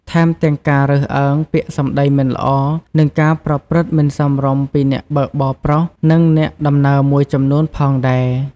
ថែមទាំងការរើសអើង ពាក្យសម្ដីមិនល្អ និងការប្រព្រឹត្តមិនសមរម្យពីអ្នកបើកបរប្រុស និងអ្នកដំណើរមួយចំនួនផងដែរ។